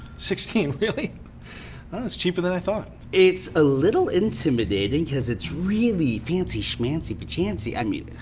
sixteen, really? oh that's cheaper than i thought. it's a little intimidating cause it's really fancy schamncy pachancy. i mean.